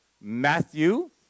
Matthew